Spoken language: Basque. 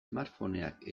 smartphoneak